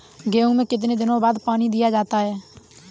गेहूँ में कितने दिनों बाद पानी दिया जाता है?